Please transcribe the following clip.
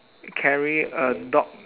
carry a dog